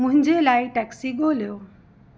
मुंहिंजे लाइ टैक्सी ॻोल्हियो